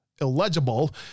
illegible